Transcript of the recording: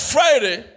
Friday